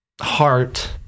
heart